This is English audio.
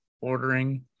ordering